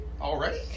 Already